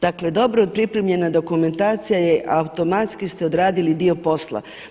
Dakle dobro pripremljena dokumentacija je automatski ste odradili dio posla.